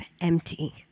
empty